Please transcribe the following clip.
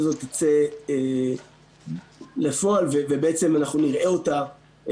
הזאת תצא לפועל ובעצם אנחנו נראה אותה,